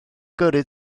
gyrru